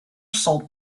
salt